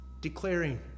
declaring